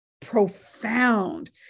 profound